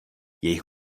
jejich